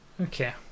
Okay